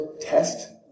test